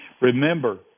Remember